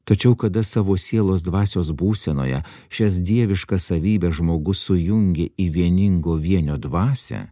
tačiau kada savo sielos dvasios būsenoje šias dieviškas savybes žmogus sujungia į vieningo vienio dvasią